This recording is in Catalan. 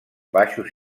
baixos